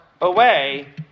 away